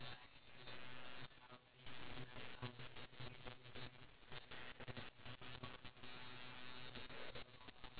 the decisions that you make affect your planning so for example it goes like a sort of like a mind map